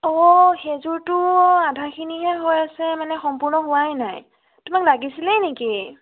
অঁ সেইযোৰতো আধাখিনিহে হৈ আছে মানে সম্পূৰ্ণ হোৱাই নাই তোমাক লাগিছিলেই নেকি